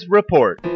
Report